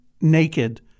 naked